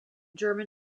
german